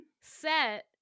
set